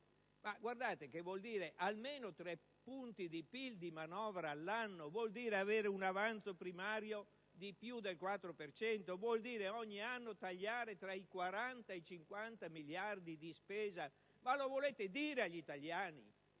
Ma ciò vuol dire almeno 3 punti di PIL di manovra all'anno; vuol dire avere un avanzo primario di più del 4 per cento; vuol dire tagliare ogni anno tra i 40 e i 50 miliardi di spesa. Ma lo volete dire agli italiani?